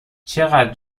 چقدر